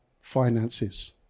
Finances